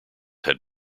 had